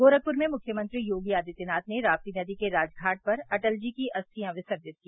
गोरखपुर में मुख्यमंत्री योगी आदित्यनाथ ने राप्ती नदी के राजघाट पर अटल जी की अस्थियां विसर्जित की